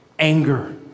Anger